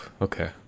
Okay